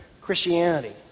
Christianity